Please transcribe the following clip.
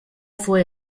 fue